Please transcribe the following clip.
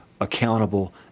accountable